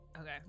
okay